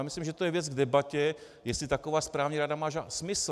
Myslím, že to je věc k debatě, jestli taková správní rada má smysl.